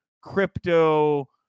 crypto